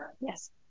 Yes